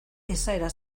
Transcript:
esaera